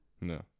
No